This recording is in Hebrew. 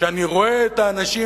כשאני רואה את האנשים,